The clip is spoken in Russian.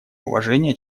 уважения